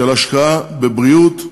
של השקעה בבריאות.